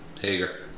Hager